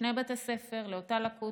שני בתי ספר לאותה לקות,